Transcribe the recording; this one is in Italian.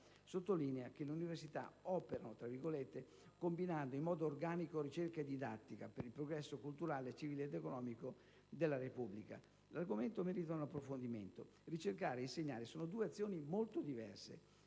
sottolinea che le università «operano combinando in modo organico ricerca e didattica, per il progresso culturale, civile ed economico della Repubblica». L'argomento merita un approfondimento. Ricercare ed insegnare sono due azioni molto diverse,